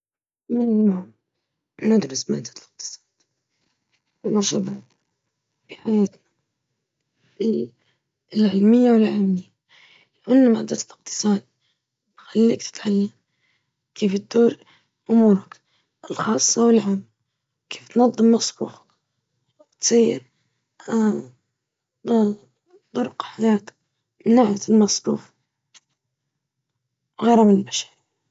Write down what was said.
دراسة الاقتصاد والمالية مهمة لأنها تعزز الوعي المالي وتساعد على إدارة الموارد بفعالية، مما يسهم في اتخاذ قرارات مالية مدروسة.